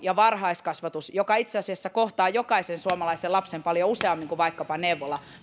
ja varhaiskasvatuksesta käsin joka itse asiassa kohtaa jokaisen suomalaisen lapsen paljon useammin kuin vaikkapa neuvola